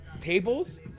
tables